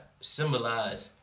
symbolize